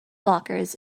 blockers